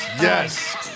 Yes